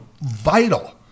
vital